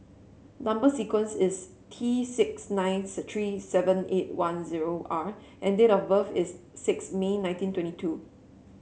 number sequence is T six nine three seven eight one zero R and date of birth is six May nineteen twenty two